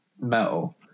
metal